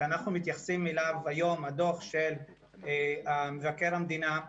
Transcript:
שאנחנו מתייחסים אליו היום, הדוח של מבקר המדינה,